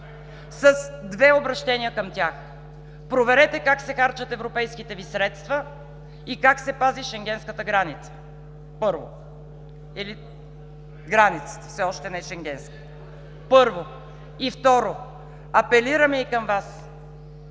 с две обръщения към тях: проверете как се харчат европейските Ви средства и как се пази Шенгенската граница, границата, все още не Шенгенска. Първо. И, второ, апелираме и към Вас: